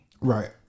Right